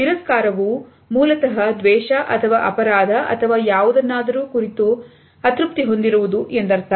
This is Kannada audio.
ತಿರಸ್ಕಾರವೂ ಮೂಲತಹ ದ್ವೇಷ ಅಥವಾ ಅಪರಾಧ ಅಥವಾ ಯಾವುದನ್ನಾದರೂ ಕುರಿತು ಅತೃಪ್ತಿ ಹೊಂದಿರುವುದು ಎಂದರ್ಥ